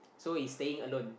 so he's staying alone